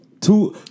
Two